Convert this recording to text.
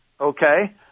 okay